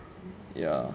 ya